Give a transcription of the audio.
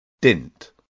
dint